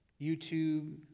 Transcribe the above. YouTube